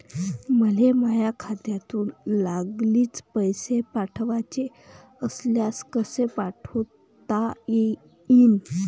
मले माह्या खात्यातून लागलीच पैसे पाठवाचे असल्यास कसे पाठोता यीन?